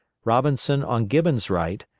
robinson on gibbon's right,